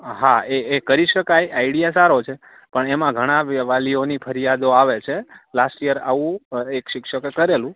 હા એ એ કરી શકાય આઇડિયા સારો છે પણ એમાં ઘણાં વાલીઓની ફરિયાદો આવે છે લાસ્ટ યર આવું એક શિક્ષકે કરેલું